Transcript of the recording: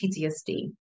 PTSD